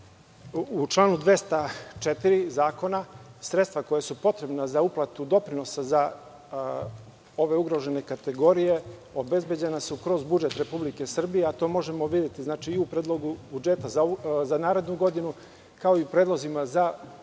članu 204. zakona, sredstva koja su potrebna za uplatu doprinosa za ove ugrožene kategorije obezbeđena su kroz budžet Republike Srbije, a to možemo videti i u Predlogu budžeta za narednu godinu, kao i u predlozima za ovu